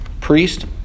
Priest